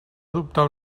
adoptar